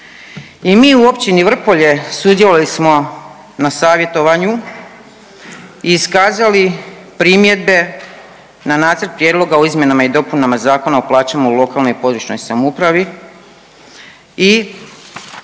I mi u Općini Vrpolje sudjelovali smo na savjetovanju, iskazali primjedbe na nacrt prijedloga o izmjenama i dopunama Zakona o plaća u lokalnoj i područnoj samoupravi i